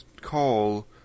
call